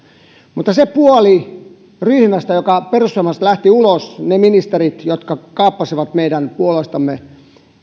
mutta se puoli ryhmästä joka perussuomalaisista lähti ulos ja ne ministerit jotka kaappasivat meidän puolueestamme